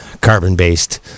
carbon-based